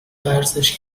ورزش